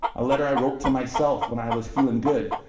a letter i wrote to myself when i was feeling good.